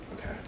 Okay